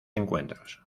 encuentros